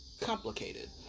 complicated